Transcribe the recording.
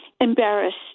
embarrassed